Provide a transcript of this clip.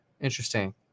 interesting